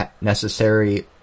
necessary